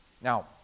Now